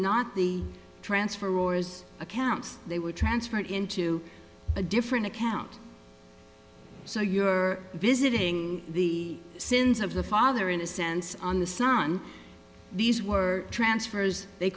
not the transfer orders accounts they were transferred into a different account so you're visiting the sins of the father in a sense on the son these were transfers they